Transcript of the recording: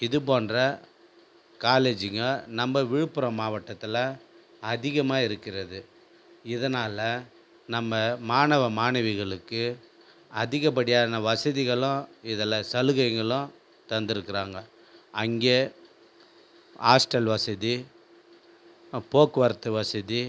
இது போன்ற காலேஜ்ஜிங்க நம்ப விழுப்புரம் மாவட்டத்தில் அதிகமாக இருக்கிறது இதனால் நம்ம மாணவ மாணவிகளுக்கு அதிக படியான வசதிகளும் இதில் சலுகைகளும் தந்துருக்குறாங்க அங்கே ஹாஸ்ட்டல் வசதி போக்குவரத்து வசதி